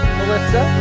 Melissa